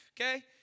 okay